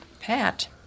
Pat